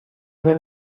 were